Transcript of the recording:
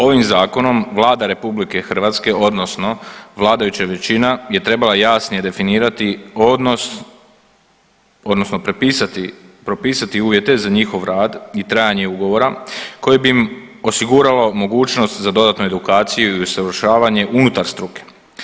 Ovim zakonom Vlada RH odnosno vladajuća većina je trebala jasnije definirati odnos odnosno prepisati, propisati uvjete za njihov rad i trajanje ugovora koje bi im osiguralo mogućnost za dodatnu edukaciju i usavršavanje unutar struke.